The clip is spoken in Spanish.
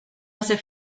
hace